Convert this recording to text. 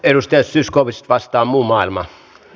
edustaja zyskowicz vastaan muu maailma